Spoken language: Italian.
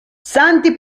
santi